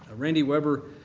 ah randy weber,